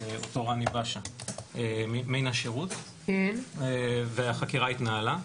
אותו ראני באשה מן השרות והחקירה התנהלה,